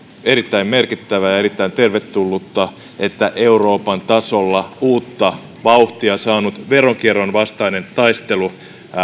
erittäin merkittävää ja erittäin tervetullutta että euroopan tasolla uutta vauhtia saanut veronkierron vastainen taistelu